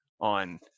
on